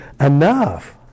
enough